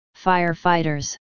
firefighters